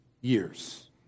years